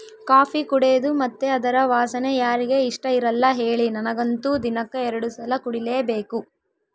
coffee ಕುಡೇದು ಮತ್ತೆ ಅದರ ವಾಸನೆ ಯಾರಿಗೆ ಇಷ್ಟಇರಲ್ಲ ಹೇಳಿ ನನಗಂತೂ ದಿನಕ್ಕ ಎರಡು ಸಲ ಕುಡಿಲೇಬೇಕು